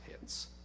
hits